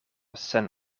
sen